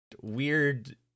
weird